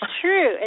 true